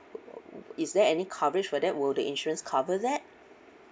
is there any coverage for that will the insurance cover that